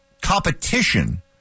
competition